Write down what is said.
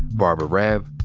barbara raab,